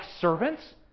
servants